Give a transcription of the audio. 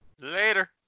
Later